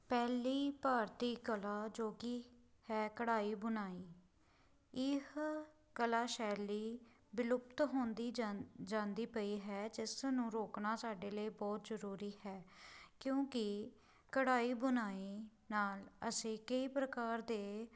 ਪਹਿਲੀ ਭਾਰਤੀ ਕਲਾ ਜੋ ਕਿ ਹੈ ਕਢਾਈ ਬੁਣਾਈ ਇਹ ਕਲਾ ਸ਼ੈਲੀ ਬਿਲੁਕਤ ਹੁੰਦੀ ਜਾਂਦ ਜਾਂਦੀ ਪਈ ਹੈ ਜਿਸਨੂੰ ਰੋਕਣਾ ਸਾਡੇ ਲਈ ਬਹੁਤ ਜ਼ਰੂਰੀ ਹੈ ਕਿਉਂਕਿ ਕਢਾਈ ਬੁਣਾਈ ਨਾਲ ਅਸੀਂ ਕਈ ਪ੍ਰਕਾਰ ਦੇ